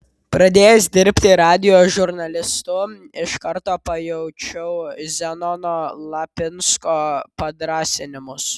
pradėjęs dirbti radijo žurnalistu iš karto pajaučiau zenono lapinsko padrąsinimus